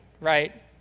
right